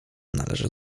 należy